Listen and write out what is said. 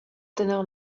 tenor